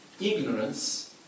Ignorance